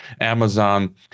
amazon